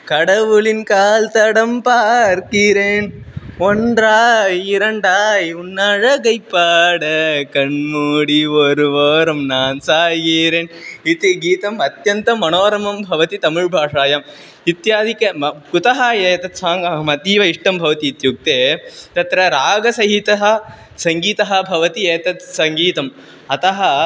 कड उळिन् काल् तडं पार्किरेण् ओण्ड्रा इरण्डाय् उन्नारगै पाड कण्णोडि वोरुवोरं नान्सायिरेण् इति गीतम् अत्यन्तं मनोरमं भवति तमिळ् भाषायाम् इत्यादिक म कुतः एतत् साङ्ग् अहम् अतीव इष्टं भवति इत्युक्ते तत्र रागसहितं सङ्गीतं भवति एतत् सङ्गीतम् अतः